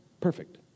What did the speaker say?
perfect